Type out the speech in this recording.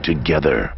Together